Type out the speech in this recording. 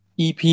ep